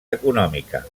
econòmica